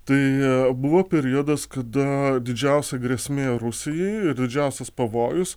tai buvo periodas kada didžiausia grėsmė rusijai ir didžiausias pavojus